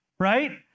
right